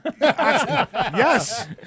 yes